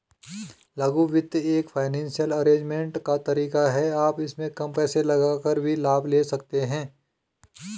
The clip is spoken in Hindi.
लघु वित्त एक फाइनेंसियल अरेजमेंट का तरीका है आप इसमें कम पैसे लगाकर भी लाभ ले सकते हैं